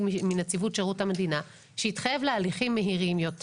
מנציבות שירות המדינה שהתחייב להליכים מהירים יותר.